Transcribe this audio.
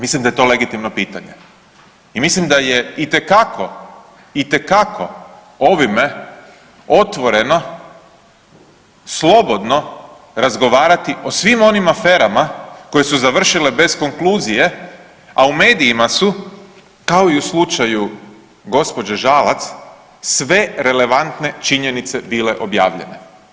Mislim da je to legitimno pitanje i mislim da je itekako ovime otvoreno slobodno razgovarati o svim onim aferama koje su završile bez konkluzije, a u medijima su kao i u slučaju gospođe Žalac sve relevantne činjenice bile objavljene.